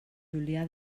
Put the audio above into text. julià